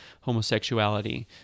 homosexuality